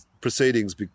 proceedings